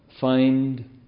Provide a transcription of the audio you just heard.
find